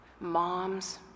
moms